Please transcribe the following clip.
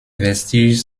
vestiges